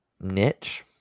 niche